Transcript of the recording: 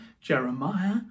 Jeremiah